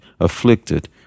afflicted